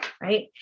right